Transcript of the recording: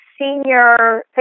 senior